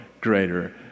greater